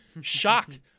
shocked